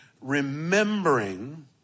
remembering